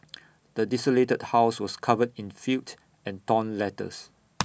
the desolated house was covered in filth and torn letters